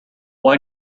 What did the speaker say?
why